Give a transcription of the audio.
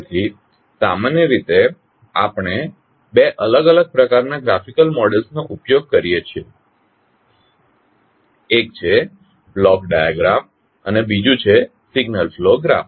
તેથી સામાન્ય રીતે આપણે બે અલગ અલગ પ્રકારના ગ્રાફિકલ મોડેલ્સ નો ઉપયોગ કરીએ છીએ એક છે બ્લોક ડાયાગ્રામ અને બીજું છે સિગ્નલ ફ્લો ગ્રાફ